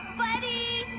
buddy.